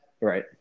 Right